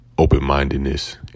open-mindedness